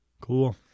Cool